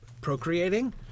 procreating